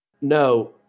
no